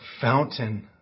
fountain